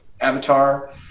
avatar